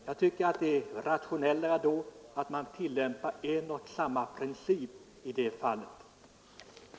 Jag tycker att det är rationellare att tillämpa en och samma princip när det gäller växels användande som likvidmedel på auktioner.